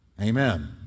Amen